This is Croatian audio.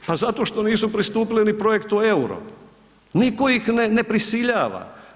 A zato što nisu pristupile ni projektu EURO, nitko ih ne prisiljava.